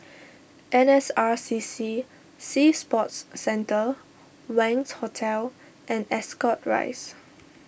N S R C C Sea Sports Centre Wangz Hotel and Ascot Rise